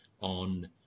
on